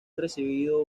recibido